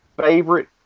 favorite